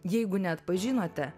jeigu neatpažinote